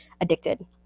addicted